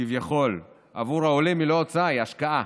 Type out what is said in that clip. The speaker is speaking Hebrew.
כביכול, עבור העולים היא לא הוצאה, היא השקעה,